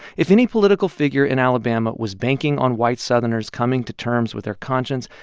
if any political figure in alabama was banking on white southerners coming to terms with their conscience,